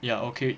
you are okay